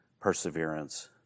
perseverance